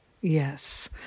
yes